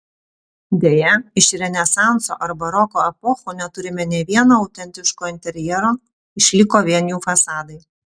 deja iš renesanso ar baroko epochų neturime nė vieno autentiško interjero išliko vien jų fasadai